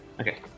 Okay